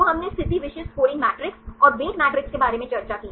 तो हमने स्थिति विशिष्ट स्कोरिंग मैट्रिसेस और वेट मैट्रिसेस के बारे में चर्चा की